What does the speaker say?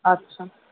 আচ্ছা